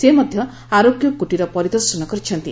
ସେ ମଧ୍ୟ ଆରୋଗ୍ୟ କୁଟିର ପରିଦର୍ଶନ କରିଛନ୍ତି